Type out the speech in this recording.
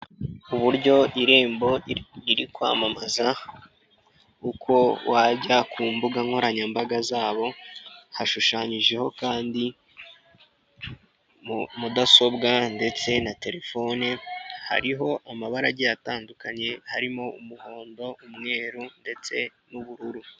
Uburyo Irembo riri kwamamaza uko wajya ku mbuga nkoranyambaga zabo, hashushanyijeho kandi mudasobwa ndetse na terefoni, hariho amabara agiye atandukanye harimo umuhondo, umweru ndetse n'ubururu.